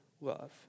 love